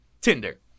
Tinder